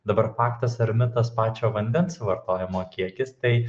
dabar faktas ar mitas pačio vandens vartojimo kiekis tai